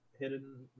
Hidden